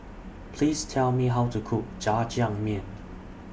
Please Tell Me How to Cook Jajangmyeon